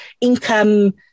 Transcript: income